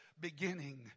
beginning